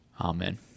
amen